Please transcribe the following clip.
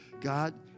God